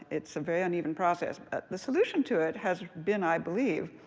it's a very uneven process. the solution to it has been, i believe,